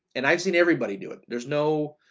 and i've seen everybody do it. there's no